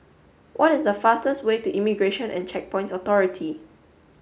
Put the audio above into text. what is the fastest way to Immigration and Checkpoints Authority